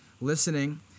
listening